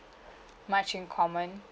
much in common